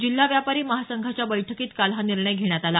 जिल्हा व्यापारी महासंघाच्या बैठकीत काल हा निर्णय घेण्यात आला